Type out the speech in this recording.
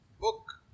book